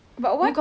but why